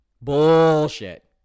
Bullshit